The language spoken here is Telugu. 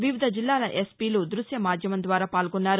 వివిధ జిల్లాల ఎస్పీలు ద్బశ్య మాధ్యమం ద్వారా పాల్గోన్నారు